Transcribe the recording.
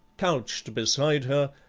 couched beside her,